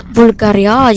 Bulgaria